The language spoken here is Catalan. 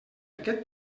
aquest